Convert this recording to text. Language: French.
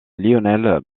lionel